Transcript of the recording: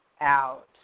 out